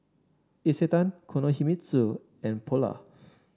Isetan Kinohimitsu and Polar